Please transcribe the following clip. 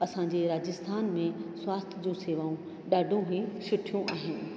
असांजे राजस्थान में स्वास्थ्य जूं सेवाऊं ॾाढो ई सुठियूं आहिनि